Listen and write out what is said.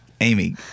Amy